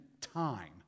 time